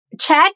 check